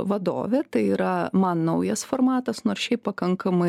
vadovė tai yra man naujas formatas nors šiaip pakankamai